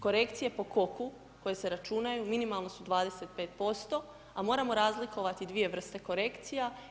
Korekcije po Koku koje se računaju, minimalno su 25%, a moramo razlikovati dvije vrste korekcija.